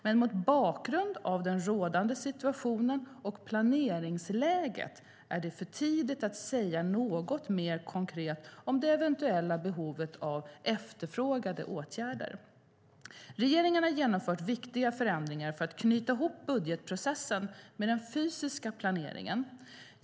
Men mot bakgrund av den rådande situationen och planeringsläget är det för tidigt att säga något mer konkret om det eventuella behovet av efterfrågade åtgärder. Regeringen har genomfört viktiga förändringar för att knyta ihop budgetprocessen med den fysiska planeringen.